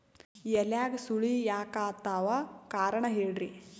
ಎಲ್ಯಾಗ ಸುಳಿ ಯಾಕಾತ್ತಾವ ಕಾರಣ ಹೇಳ್ರಿ?